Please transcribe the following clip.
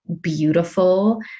beautiful